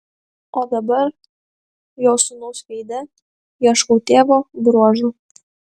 o dabar jo sūnaus veide ieškau tėvo bruožų